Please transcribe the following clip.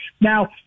now